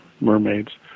mermaids